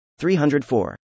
304